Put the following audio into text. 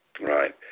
Right